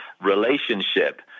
relationship